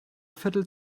viertel